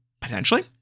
potentially